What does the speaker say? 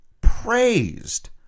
praised